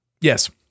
Yes